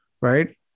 right